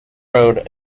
road